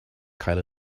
cael